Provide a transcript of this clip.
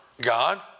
God